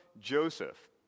Joseph